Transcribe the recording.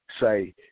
say